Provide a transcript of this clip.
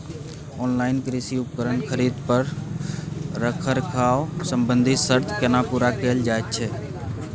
Online कृषि उपकरण खरीद पर रखरखाव संबंधी सर्त केना पूरा कैल जायत छै?